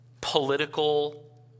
political